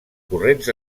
corrents